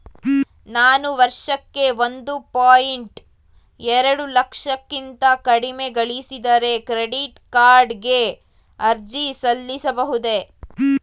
ನಾನು ವರ್ಷಕ್ಕೆ ಒಂದು ಪಾಯಿಂಟ್ ಎರಡು ಲಕ್ಷಕ್ಕಿಂತ ಕಡಿಮೆ ಗಳಿಸಿದರೆ ಕ್ರೆಡಿಟ್ ಕಾರ್ಡ್ ಗೆ ಅರ್ಜಿ ಸಲ್ಲಿಸಬಹುದೇ?